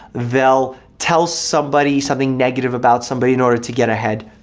they'll tell somebody something negative about somebody in order to get ahead.